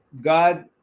god